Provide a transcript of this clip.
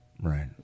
Right